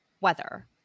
weather